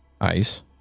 ice